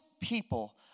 people